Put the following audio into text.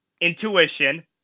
Intuition